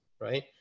right